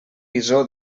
iso